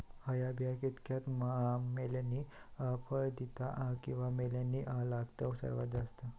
हया बिया कितक्या मैन्यानी फळ दिता कीवा की मैन्यानी लागाक सर्वात जाता?